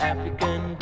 African